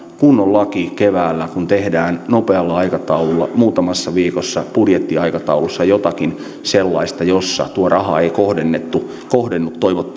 kunnon laki keväällä kuin tehdään nopealla aikataululla muutamassa viikossa budjettiaikataulussa jotakin sellaista jossa tuo raha ei kohdennu